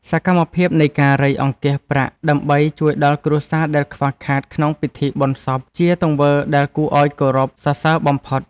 សកម្មភាពនៃការរៃអង្គាសប្រាក់ដើម្បីជួយដល់គ្រួសារដែលខ្វះខាតក្នុងពិធីបុណ្យសព ជាទង្វើដែលគួរឱ្យគោរពសរសើរបំផុត។